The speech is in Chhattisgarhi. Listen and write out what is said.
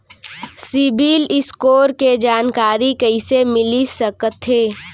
सिबील स्कोर के जानकारी कइसे मिलिस सकथे?